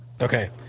okay